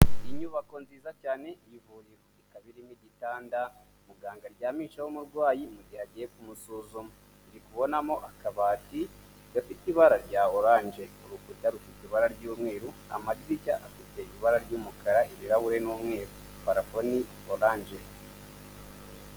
Inyubako nziza cyane ivuriro. Ikaba iririmo igitanda muganga aryamishaho umurwayi mugihe agiye kumusuzuma, ndikubonamo akabati gafite ibara rya orange, urukuta rufite ibara ry'umweru, amadirishya afite ibara ry'umukara, ibirahuri ni umweru, parafo ni orange.